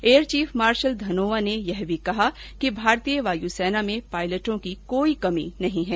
air chief marshal Dhanoa ने यह भी कहा कि भारतीय वायुसेना में पायलटों की कोई कमी नहीं है